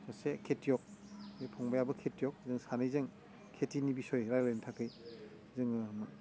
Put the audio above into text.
सासे खेथियग बे फंबायाबो खेथियग जों सानैजों खेथिनि बिसय रायलायनो थाखाय जोङो